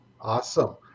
Awesome